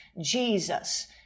Jesus